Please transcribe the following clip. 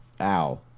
ow